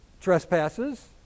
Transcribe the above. trespasses